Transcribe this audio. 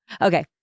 Okay